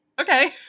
okay